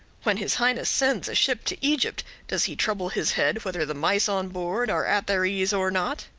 when his highness sends a ship to egypt, does he trouble his head whether the mice on board are at their ease or not?